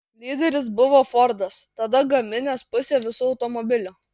lyderis buvo fordas tada gaminęs pusę visų automobilių